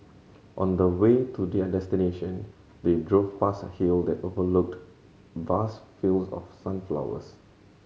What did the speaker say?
on the way to their destination they drove past a hill that overlooked vast fields of sunflowers